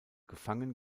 gefangen